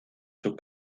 sus